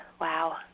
Wow